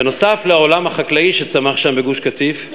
בנוסף לעולם החקלאי שצמח שם, בגוש-קטיף,